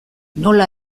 nola